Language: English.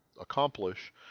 accomplish